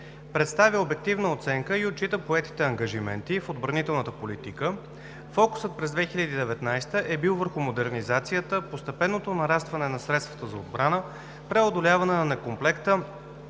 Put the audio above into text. представя обективна оценка и отчита поетите ангажименти в отбранителната политика. Фокусът през 2019 г. е бил върху модернизацията, постепенното нарастване на средствата за отбрана, преодоляване на некомплекта